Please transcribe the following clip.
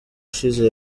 ushize